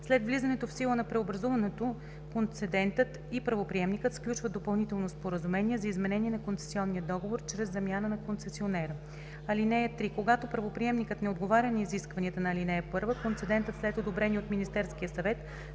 След влизането в сила на преобразуването концедентът и правоприемникът сключват допълнително споразумение за изменение на концесионния договор чрез замяна на концесионера. (3) Когато правоприемникът не отговаря на изискванията на ал. 1, концедентът, след одобрение от Министерския съвет,